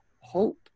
hope